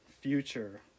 future